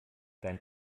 dein